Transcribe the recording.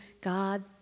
God